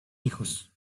hijos